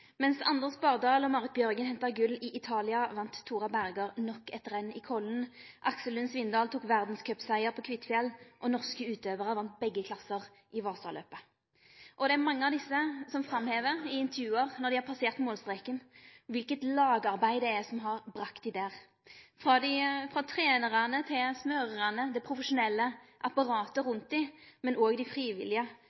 Mens Anders Bardal og Marit Bjørgen henta gull i Italia, vann Tora Berger nok eit renn i Holmenkollen. Aksel Lund Svindal tok verdscupsiger på Kvitfjell, og norske utøvarar vann begge klasser i Wasaloppet. Mange av desse framhevar i intervju, når dei har passert målstreken, kva for lagarbeid som har gjort at dei har kome dit – frå trenarane til smørarane, det profesjonelle